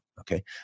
Okay